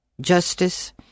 justice